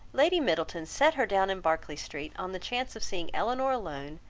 lady middleton set her down in berkeley street on the chance of seeing elinor alone,